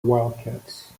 wildcats